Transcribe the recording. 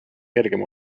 lihtsam